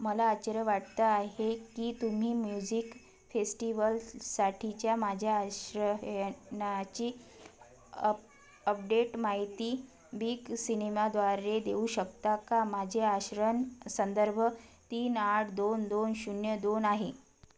मला आश्चर्य वाटतं आहे की तुम्ही म्युझिक फेस्टिवल्ससाठीच्या माझ्या आरक्षणाची अप अपडेट माहिती बिग सिनेमाद्वारे देऊ शकता का माझे आरक्षण संदर्भ तीन आठ दोन दोन शून्य दोन आहे